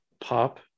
pop